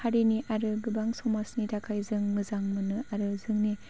हारिनि आरो गोबां समाजनि थाखाय जों मोजां मोनो आरो जोंनि